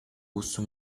gusto